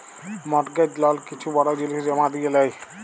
mortgage লল কিছু বড় জিলিস জমা দিঁয়ে লেই